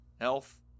health